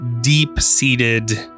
deep-seated